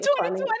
2020